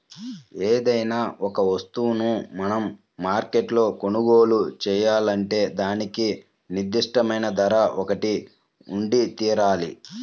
ఏదైనా ఒక వస్తువును మనం మార్కెట్లో కొనుగోలు చేయాలంటే దానికి నిర్దిష్టమైన ధర ఒకటి ఉండితీరాలి